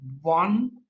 one